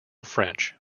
french